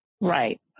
right